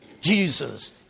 Jesus